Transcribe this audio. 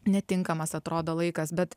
netinkamas atrodo laikas bet